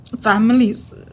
families